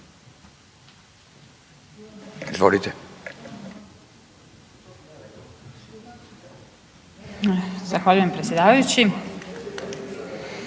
(HDZ)** Zahvaljujem predsjedavajući.